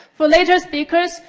for later speakers,